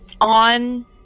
on